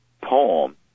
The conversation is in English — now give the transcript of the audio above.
poem